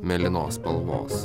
mėlynos spalvos